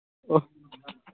ꯑꯣ